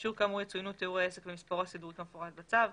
באישור כאמור יצוינו תיאור העסק ומספרו הסידורי כמפורט בצו.